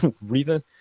reason